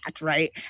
right